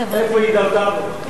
לאיפה הידרדרנו.